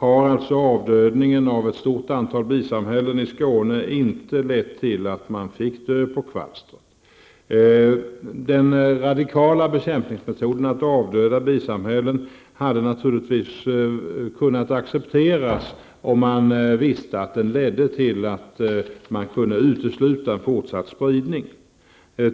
har avdödning av ett stort antal bisamhällen i Skåne inte lett till att man har fått död på kvalstret. Den radikala bekämpningsmetoden att avdöda bisamhällen hade naturligtvis kunnat accepteras om man visste att den ledde till att man kunde utesluta fortsatt spridning.